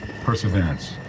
perseverance